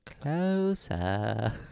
Closer